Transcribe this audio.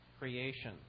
creation